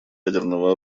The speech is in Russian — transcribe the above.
ядерного